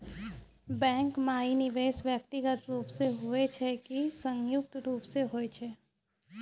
Bank माई निवेश व्यक्तिगत रूप से हुए छै की संयुक्त रूप से होय छै?